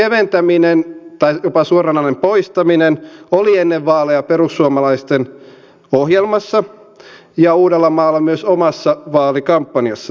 autoveron keventäminen tai jopa suoranainen poistaminen oli ennen vaaleja perussuomalaisten ohjelmassa ja uudellamaalla myös omassa vaalikampanjassani tavoitteena